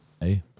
Hey